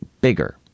bigger